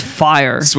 fire